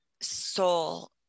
soul